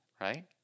right